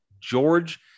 George